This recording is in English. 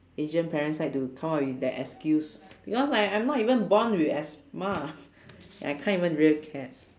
asian parents like to come up with that excuse because I I'm not even born with asthma and I can't even rear cats